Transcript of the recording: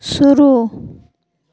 शुरू